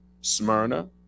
Smyrna